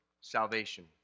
salvation